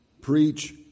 preach